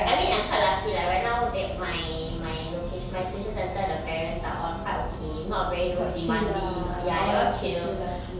I mean I'm quite lucky lah right now they my my locati~ my tuition centre the parents are all quite okay not really those demanding ya they're all chill